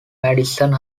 madison